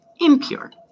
Impure